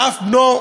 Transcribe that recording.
ואף בנו,